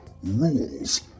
Rules